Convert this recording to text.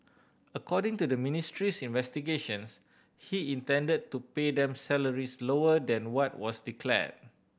according to the ministry's investigations he intended to pay them salaries lower than what was declared